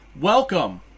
welcome